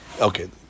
Okay